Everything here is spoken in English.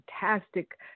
fantastic